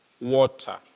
water